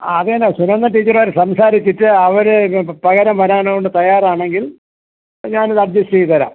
ആ അത് തന്നെ സുനന്ദ ടീച്ചറുമായിട്ട് സംസാരിച്ചിട്ട് അവർ പകരം വരാനോണ്ട് തയ്യാറാണെങ്കിൽ ഞാനിത് അഡ്ജസ്റ്റ് ചെയ്ത് തരാം